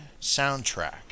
Soundtrack